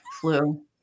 flu